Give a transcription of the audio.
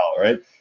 Right